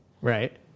Right